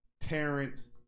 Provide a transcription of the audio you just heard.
Terrence